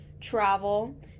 travel